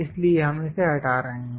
इसलिए हम इसे हटा रहे हैं